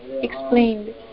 explained